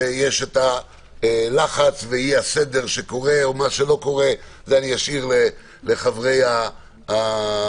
שיש הלחץ ואי-הסדר שקורה או מה שלא קורה זה אשאיר לחברי הוועדה,